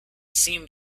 seemed